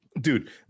dude